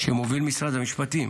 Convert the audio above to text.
שמוביל משרד המשפטים